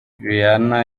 rihanna